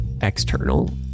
external